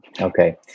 Okay